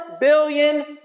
billion